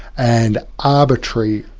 and arbitrary,